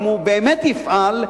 אם הוא באמת יפעל,